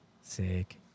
Sick